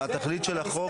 התכלית של החוק,